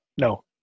No